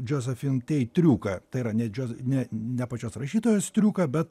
josephine tey triuką tai yra ne džioz ne ne pačios rašytojos triuką bet